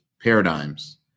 paradigms